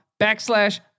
backslash